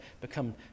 become